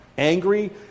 Angry